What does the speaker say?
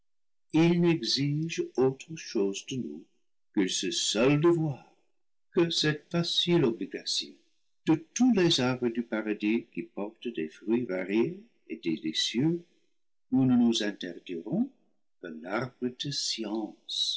autre chose de nous que ce seul devoir que cette facile obligation de tous les arbres du paradis qui por tent des fruits variés et délicieux nous ne nous interdirons que l'arbre